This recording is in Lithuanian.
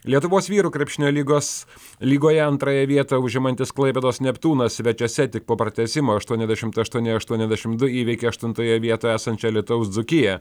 lietuvos vyrų krepšinio lygos lygoje antrąją vietą užimantis klaipėdos neptūnas svečiuose tik po pratęsimo aštuoniasdešimt aštuoni aštuoniasdešimt du įveikė aštuntoje vietoje esančią alytaus dzūkija